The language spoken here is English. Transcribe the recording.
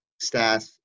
staff